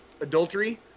adultery